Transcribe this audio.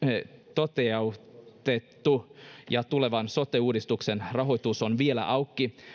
toteutettu ja tulevan sote uudistuksen rahoitus on vielä auki